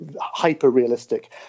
hyper-realistic